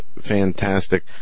fantastic